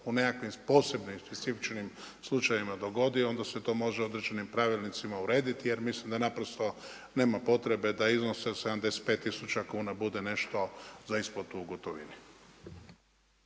u nekakvim posebnim i specifičnim slučajevima dogodi, onda se to može određenim pravilnicima urediti, jer mislim da naprosto nema potrebne da iznos od 75 tisuća kuna bude nešto za isplatu u gotovini.